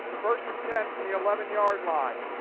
first and ten from the eleven yard line.